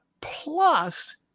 plus